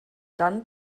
dann